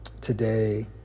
Today